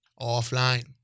offline